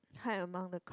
hide among the crowd